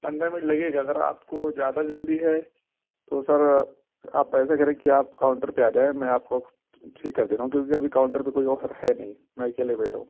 پندرہ منٹ لگے گا اگر آپ کو زیادہ جلدی ہے تو سر آپ ایسا کریں کہ آپ کاؤنٹر پہ آ جائیں میں آپ کو ٹھیک کر دے رہا ہوں کیونکہ ابھی کاؤنٹر پہ کوئی اور ہے نہیں میں اکیلے بیٹھا ہوں